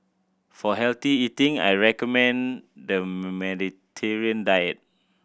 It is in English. for healthy eating I recommend the Mediterranean diet